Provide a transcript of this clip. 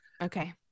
okay